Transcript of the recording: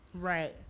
Right